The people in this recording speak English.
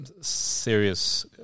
serious